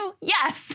Yes